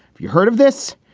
if you heard of this,